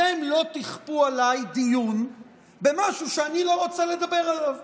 אתם לא תכפו עליי דיון במשהו שאני לא רוצה לדבר עליו.